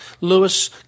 Lewis